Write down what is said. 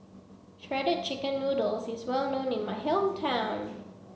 shredded chicken noodles is well known in my hometown